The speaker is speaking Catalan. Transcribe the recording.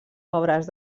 obres